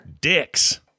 dicks